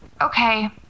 Okay